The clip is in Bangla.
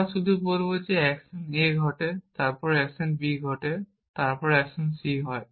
আমরা শুধু বলব অ্যাকশন a ঘটে তারপর অ্যাকশন b ঘটে তারপর অ্যাকশন c হয়